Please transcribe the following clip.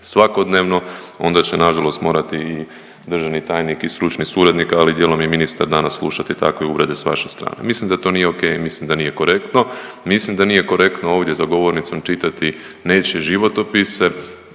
svakodnevno onda će nažalost morati i državni tajnik i stručni suradnik, ali dijelom i ministar danas slušati takve uvrede s vaše strane. Mislim da to nije ok i mislim da nije korektno. Mislim da nije korektno ovdje za govornicom čitati nečije životopise,